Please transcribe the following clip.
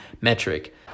metric